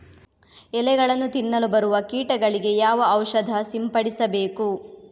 ಎಲೆಗಳನ್ನು ತಿನ್ನಲು ಬರುವ ಕೀಟಗಳಿಗೆ ಯಾವ ಔಷಧ ಸಿಂಪಡಿಸಬೇಕು?